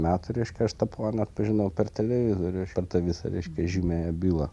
metų reiškia aš tą poną atpažinau per televizorių per tą visą reiškia žymiąją bylą